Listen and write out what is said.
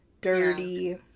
dirty